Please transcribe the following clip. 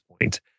point